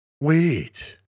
Wait